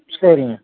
சரிங்க